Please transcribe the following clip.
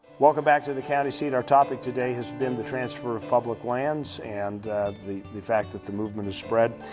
welcome back to the county seat our topic today has been the transfer of public lands and the the fact that the movement has spread.